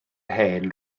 hen